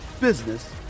business